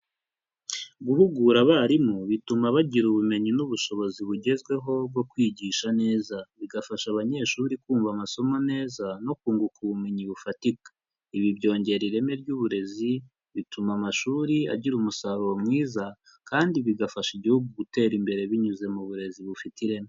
Guhugura abarimu bituma bagira ubumenyi n'ubushobozi bugezweho bwo kwigisha neza, bigafasha abanyeshuri kumva amasomo neza no kunguka ubumenyi bufatika, ibi byongera ireme ry'uburezi, bituma amashuri agira umusaruro mwiza kandi bigafasha igihugu gutera imbere binyuze mu burezi bufite ireme.